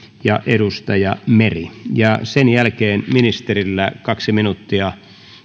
ja meri sen jälkeen ministerillä kaksi minuuttia